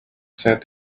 said